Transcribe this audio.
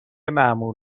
مامور